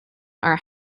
are